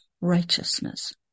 righteousness